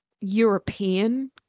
European